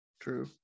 True